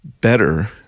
better